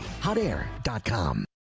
HotAir.com